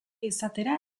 izatera